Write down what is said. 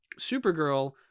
Supergirl